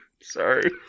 Sorry